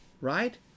right